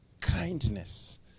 Kindness